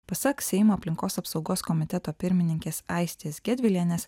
pasak seimo aplinkos apsaugos komiteto pirmininkės aistės gedvilienės